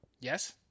Yes